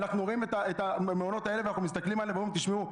אנחנו רואים את המעונות האלה ואומרים: תשמעו,